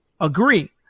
agree